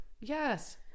Yes